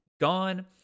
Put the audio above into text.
gone